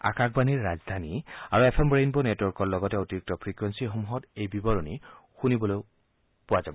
আকাশবাণীৰ ৰাজধানী আৰু এফ এম ৰেইনব নেটৱৰ্কৰ লগতে অতিৰিক্ত ফ্ৰিকূৱেণী সমূহত এই বিৱৰণী শুনিবলৈ পৰা যাব